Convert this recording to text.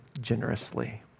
generously